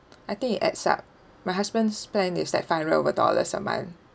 I think it adds up my husband's spend is like five hundred over dollars a month